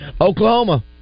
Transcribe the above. Oklahoma